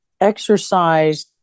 exercise